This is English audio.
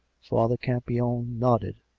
father campion nodded.